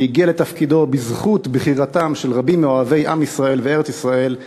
שהגיע לתפקידו בזכות בחירתם של רבים מאוהבי עם ישראל וארץ-ישראל,